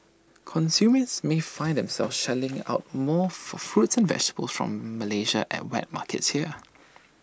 consumers may find themselves shelling out more for fruits and vegetables from Malaysia at wet markets here